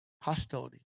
hostility